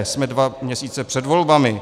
Jsme dva měsíce před volbami.